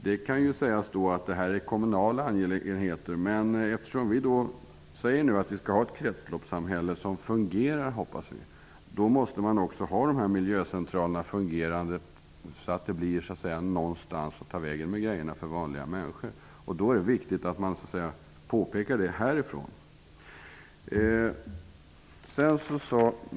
Centralerna är kommunala angelägenheter, men eftersom vi vill ha ett kretsloppssamhälle som fungerar måste miljöcentralerna fungera så att vanliga människor får någonstans att ta vägen med grejerna. Det är viktigt att vi påpekar det här ifrån riksdagen.